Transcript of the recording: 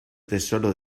tesoro